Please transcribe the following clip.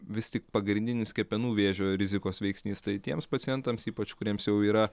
vis tik pagrindinis kepenų vėžio rizikos veiksnys tai tiems pacientams ypač kuriems jau yra